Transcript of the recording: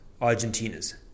Argentina's